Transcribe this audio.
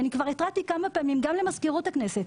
אני התרעתי כבר כמה פעמים, גם למזכירות הכנסת.